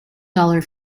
dollar